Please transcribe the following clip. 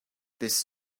this